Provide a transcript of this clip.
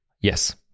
Yes